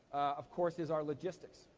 of course, is our logistics.